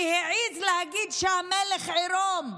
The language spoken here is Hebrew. כי העז להגיד שהמלך עירום,